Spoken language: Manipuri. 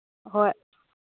ꯑꯍꯣꯏ